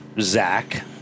Zach